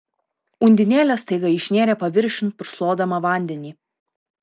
undinėlė staiga išnėrė paviršiun purslodama vandenį